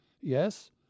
Yes